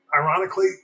ironically